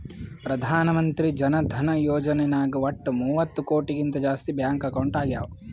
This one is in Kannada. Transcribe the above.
ಪ್ರಧಾನ್ ಮಂತ್ರಿ ಜನ ಧನ ಯೋಜನೆ ನಾಗ್ ವಟ್ ಮೂವತ್ತ ಕೋಟಿಗಿಂತ ಜಾಸ್ತಿ ಬ್ಯಾಂಕ್ ಅಕೌಂಟ್ ಆಗ್ಯಾವ